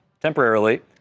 Temporarily